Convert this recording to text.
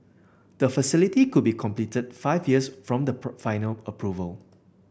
the facility could be completed five years from the final approval